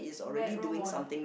bad role model